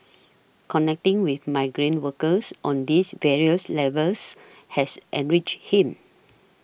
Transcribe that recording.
connecting with migrant workers on these various levels has enriched him